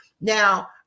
now